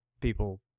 people